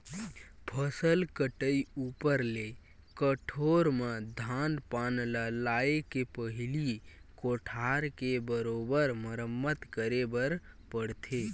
फसल कटई ऊपर ले कठोर म धान पान ल लाए के पहिली कोठार के बरोबर मरम्मत करे बर पड़थे